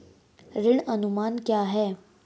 ऋण अनुमान क्या है?